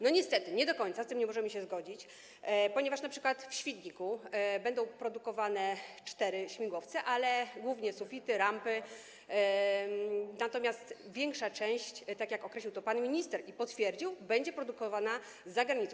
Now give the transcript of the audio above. No niestety, nie do końca, z tym nie możemy się zgodzić, ponieważ np. w Świdniku będą produkowane cztery śmigłowce, ale głównie będą to sufity, rampy, natomiast większa część, tak jak określił to pan minister i co potwierdził, będzie produkowana za granicą.